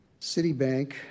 Citibank